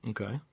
Okay